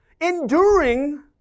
enduring